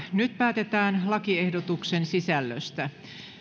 nyt päätetään lakiehdotuksen sisällöstä